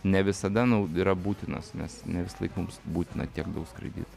ne visada nau yra būtinas nes ne visąlaik mums būtina tiek daug skraidyt